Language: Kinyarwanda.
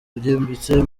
byimbitse